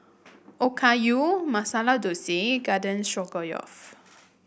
Okayu Masala Dosa Garden Stroganoff